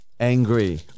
Angry